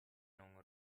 non